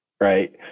right